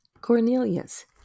Cornelius